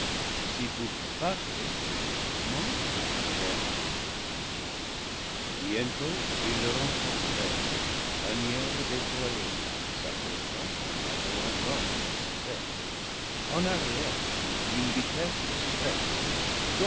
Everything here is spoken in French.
si pour combattre il est en mouvement ou fait halte bientôt ils le rencontrèrent bannières déployées s'approchant en bataillon lent mais serré en arrière d'une vitesse extrême